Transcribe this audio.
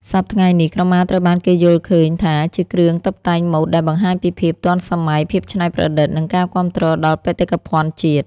សព្វថ្ងៃនេះ ក្រមាត្រូវបានគេយល់ឃើញថាជាគ្រឿងតុបតែងម៉ូដដែលបង្ហាញពីភាពទាន់សម័យ ភាពច្នៃប្រឌិត និងការគាំទ្រដល់បេតិកភណ្ឌជាតិ ។